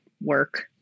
work